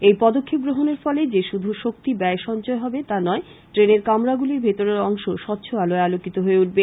এই পদক্ষেপ গ্রহনের ফলে যে শুধু শক্তি ব্যয় সঞ্চয় হবে তা নয় ট্রেনের কামরাগুলির ভেতরের অংশ স্বচ্ছ আলোয় আলোকিত হয়ে উঠবে